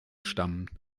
stammen